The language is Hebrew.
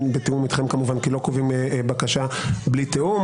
כמובן בתיאום איתכם כי לא קובעים בקשה בלי תיאום,